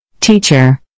Teacher